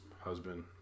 husband